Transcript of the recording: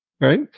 right